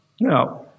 Now